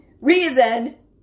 reason